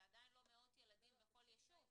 זה עדיין לא מאות ילדים בכל ישוב.